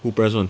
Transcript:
who press [one]